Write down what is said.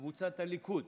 קבוצת הליכוד.